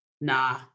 nah